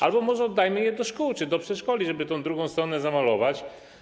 Albo może oddajmy je do szkół czy do przedszkoli, żeby tę drugą stronę zamalować.